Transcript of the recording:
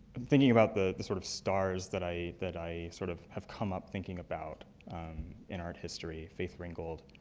i'm thinking about the the sort of stars that i that i sort of have come up thinking about in art history. faith ringgold,